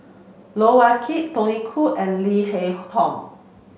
Loh Wai Kiew Tony Khoo and Leo Hee Tong